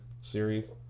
series